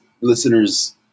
listeners